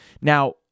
Now